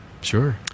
Sure